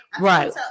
right